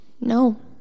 No